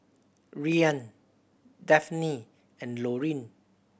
Rian Dafne and Loring